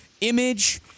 image